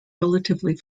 relatively